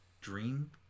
dream